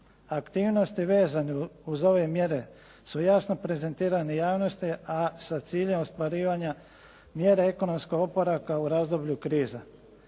Aktivnosti vezane uz ove mjere su jasno prezentirane javnosti, a sa ciljem ostvarivanja mjere ekonomskog oporavka u razdoblju kriza.